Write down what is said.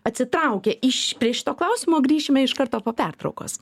atsitraukė iš prie šito klausimo grįšime iš karto po pertraukos